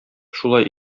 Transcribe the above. шулай